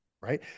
right